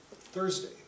Thursday